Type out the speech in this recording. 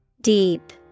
Deep